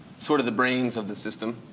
sort of the brains of the system.